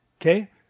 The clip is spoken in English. okay